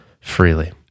freely